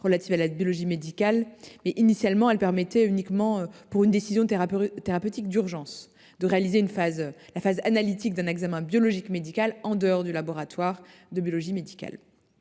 relative à la biologie médicale. Initialement, elle permettait, uniquement pour une décision thérapeutique urgente, de réaliser la phase analytique d’un examen de biologie médicale en dehors du laboratoire de biologie médicale.